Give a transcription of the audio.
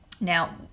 Now